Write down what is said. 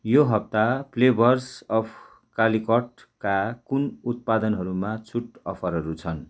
यो हप्ता flavours of कालीकटका कुन उत्पादनहरूमा छुट अफरहरू छन्